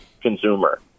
consumer